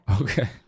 Okay